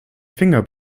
finger